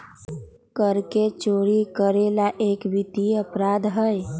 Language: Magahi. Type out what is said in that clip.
कर के चोरी करे ला एक वित्तीय अपराध हई